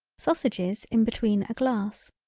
sausages in between a glass.